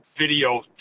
video